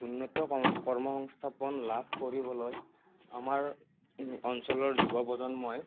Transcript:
উন্নত কঙ কৰ্ম সংস্থাপন লাভ কৰিবলৈ আমাৰ অঞ্চলৰ যুৱ প্ৰজন্মই